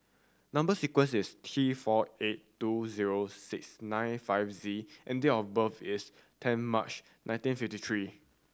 number sequence is T four eight two zero six nine five Z and date of birth is ten March nineteen fifty three